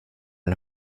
när